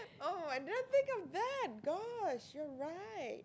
oh I didn't think of that gosh you're right